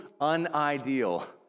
unideal